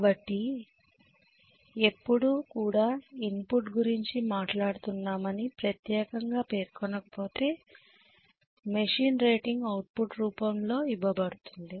కాబట్టి ఎప్పుడు కూడా ఇన్పుట్ గురించి మాట్లాడుతున్నామని ప్రత్యేకంగా పేర్కొనకపోతే మెషిన్ రేటింగ్ అవుట్పుట్ రూపంలో ఇవ్వబడుతుంది